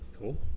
Cool